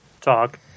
talk